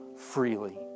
freely